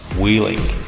wheeling